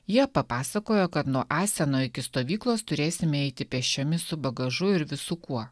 jie papasakojo kad nuo aseno iki stovyklos turėsime eiti pėsčiomis su bagažu ir visu kuo